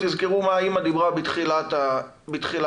תזכרו מה האמא דיברה בתחילת האירוע.